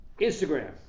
Instagram